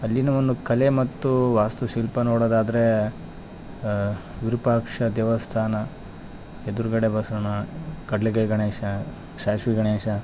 ಅಲ್ಲಿನವನ್ನು ಕಲೆ ಮತ್ತು ವಾಸ್ತುಶಿಲ್ಪ ನೋಡೋದಾದರೆ ವಿರುಪಾಕ್ಷ ದೇವಸ್ಥಾನ ಎದ್ರುಗಡೆ ಬಸಣ ಕಡ್ಲೆಗಾಯ್ ಗಣೇಶ ಸಾಸ್ವೆ ಗಣೇಶ